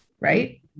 right